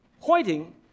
pointing